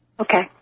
Okay